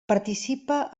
participa